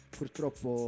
purtroppo